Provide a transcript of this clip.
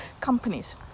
companies